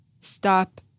stop